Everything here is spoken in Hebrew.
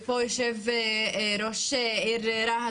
יושב פה ראש העיר רהט,